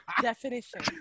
Definition